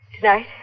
Tonight